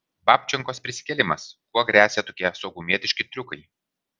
babčenkos prisikėlimas kuo gresia tokie saugumietiški triukai